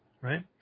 Right